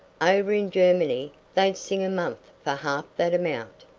over in germany they'd sing a month for half that amount.